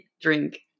drink